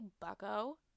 bucko